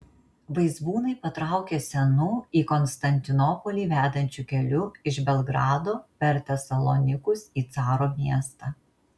vaizbūnai patraukė senu į konstantinopolį vedančiu keliu iš belgrado per tesalonikus į caro miestą